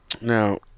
Now